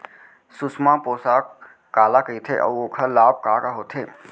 सुषमा पोसक काला कइथे अऊ ओखर लाभ का का होथे?